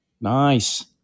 Nice